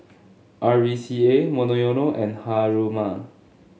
R V C A Monoyono and Haruma